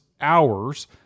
hours